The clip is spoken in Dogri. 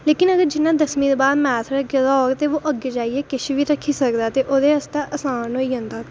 लेकिन जि'नें दसमीं दे बाद मैथ रक्खे दा होग ओह् अग्गें जाइयै किश बी रक्खी सकदा ते ओह्दे आस्तै आसान होई जंदा